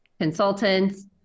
consultants